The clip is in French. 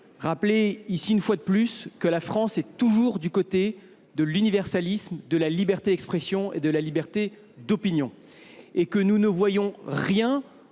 rappeler ici, une fois de plus, que la France est toujours du côté de l’universalisme, de la liberté d’expression et de la liberté d’opinion. Aujourd’hui, nous ne voyons rien